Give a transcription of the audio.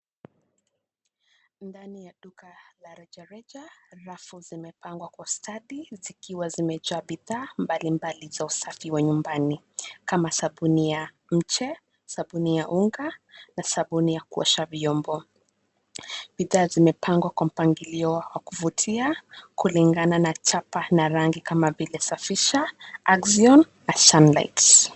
Ndani ya duka la rejareja, rafu zimepangwa kwa ustadi zikiwa zimejaa bidhaa mbalimbali za usafi wa nyumbani, kama sabuni ya mche, sabuni ya unga na sabuni ya kuosha vyombo. Bidhaa zimepangwa kwa mpangilio wa kuvutia, kulingana na chapa na rangi kama vile; safisha, axion na sunlight .